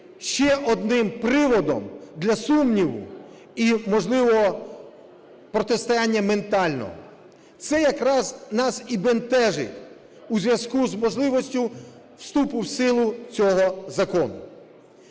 ще одним приводом для сумніву і можливого протистояння ментального. Це якраз нас і бентежить у зв'язку із можливістю вступу в силу цього закону.